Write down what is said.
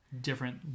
different